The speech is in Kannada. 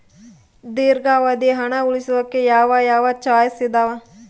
ದೇರ್ಘಾವಧಿ ಹಣ ಉಳಿಸೋಕೆ ಯಾವ ಯಾವ ಚಾಯ್ಸ್ ಇದಾವ?